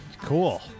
Cool